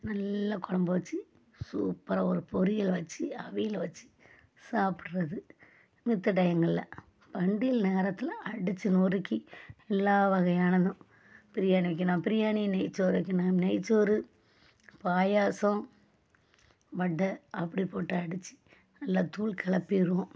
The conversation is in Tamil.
நல்ல கொழம்பு வச்சு சூப்பராக ஒரு பொரியல் வச்சு அவியலை வச்சு சாப்பிட்றது மத்த டயங்கள்ல பண்டிகைகள் நேரத்தில் அடிச்சு நொறுக்கி எல்லா வகையான பிரியாணி வைக்கணும் பிரியாணி நெய்ச்சோறு வைக்கணும்னால் நெய்ச்சோறு பாயாசம் வடை அப்படி போட்டு அடித்து நல்லா தூள் கிளப்பிருவோம்